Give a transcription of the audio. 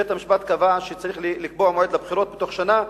בית-המשפט קבע שצריך לקבוע מועד לבחירות בתוך שנה,